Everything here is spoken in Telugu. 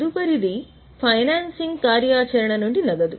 తదుపరిది ఫైనాన్సింగ్ కార్యాచరణ నుండి నగదు